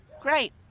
Great